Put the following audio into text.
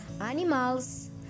animals